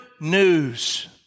news